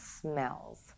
smells